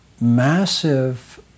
massive